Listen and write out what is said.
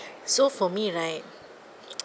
so for me right